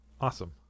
awesome